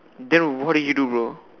then what did he do bro